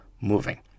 moving